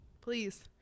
Please